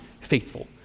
faithful